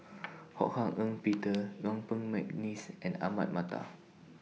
Ho Hak Ean Peter Yuen Peng Mcneice and Ahmad Mattar